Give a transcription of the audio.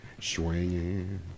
Swinging